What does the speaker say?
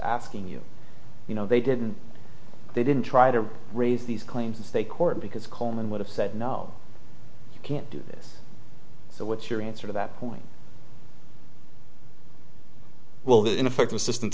asking you you know they didn't they didn't try to raise these claims they court because coleman would have said no you can't do this so what's your answer to that point will be in effect assist